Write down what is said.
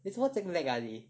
你做什么这样 lag ah 你